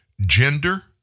gender